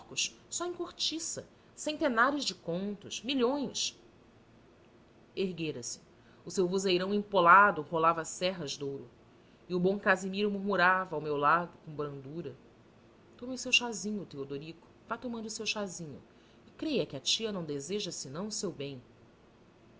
só em cortiça centenares de contos milhões erguera-se o seu vozeirão empolado rolava serras de ouro e o bom casimiro murmurava ao meu lado com brandura tome o seu chazinho teodorico vá tomando o seu chazinho e creia que a tia não deseja senão o seu bem